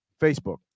Facebook